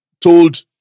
told